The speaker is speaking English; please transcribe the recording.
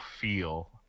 feel